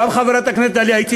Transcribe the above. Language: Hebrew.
וגם חברת הכנסת דליה איציק,